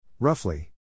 Roughly